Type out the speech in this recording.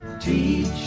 Teach